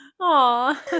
Aw